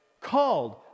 called